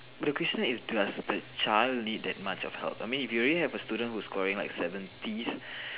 the question is does the child need that much of help I mean if you already have a student who's scoring seventies